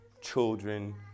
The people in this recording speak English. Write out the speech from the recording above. children